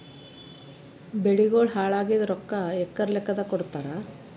ಬೆಳಿಗೋಳ ಹಾಳಾಗಿದ ರೊಕ್ಕಾ ಎಕರ ಲೆಕ್ಕಾದಾಗ ಕೊಡುತ್ತಾರ?